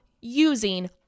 using